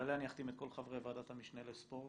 שעליה אני אחתים את כל חברי ועדת המשנה לספורט